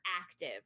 active